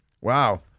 Wow